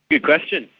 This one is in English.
good question.